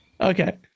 okay